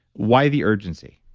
why the urgency?